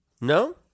No